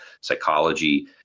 psychology